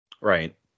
Right